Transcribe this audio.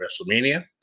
WrestleMania